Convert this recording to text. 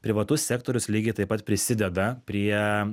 privatus sektorius lygiai taip pat prisideda prie